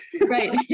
right